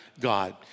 God